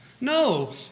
No